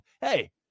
Hey